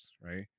right